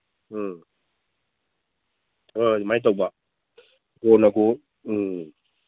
ꯎꯝ ꯍꯣꯏ ꯑꯗꯨꯃꯥꯏ ꯇꯧꯕ ꯒꯣꯔꯅꯒꯣꯔ ꯎꯝ